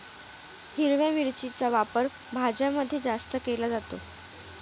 हिरव्या मिरचीचा वापर भाज्यांमध्ये जास्त केला जातो